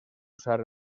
usar